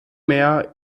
mehr